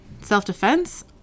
Self-defense